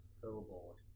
billboard